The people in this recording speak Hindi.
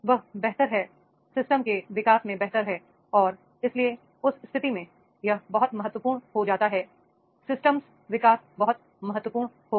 वह बेहतर है सिस्टम के विकास में बेहतर है और इसलिए उस स्थिति में यह बहुत महत्वपूर्ण हो जाता है सिस्टम विकास बहुत महत्वपूर्ण होगा